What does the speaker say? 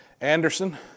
Anderson